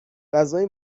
غذای